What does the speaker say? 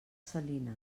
salines